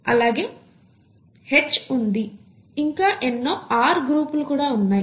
అలాగే మీకు H ఉంది ఇంకా ఎన్నో R గ్రూపులు కూడా ఉన్నాయి